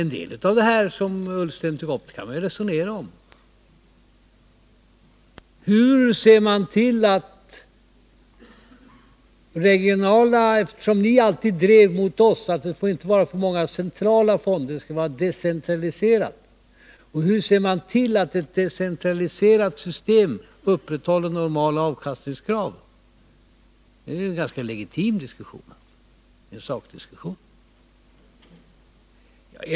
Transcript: En del av det som Ola Ullsten tog upp går det ju att resonera om. Ni drev gentemot oss alltid det kravet att det inte får vara så många centrala fonder, utan ett decentraliserat system. Hur ser man till att ett decentraliserat system tillgodoser normala avkastningskrav? Det är ganska legitimt att föra en sakdiskussion om detta.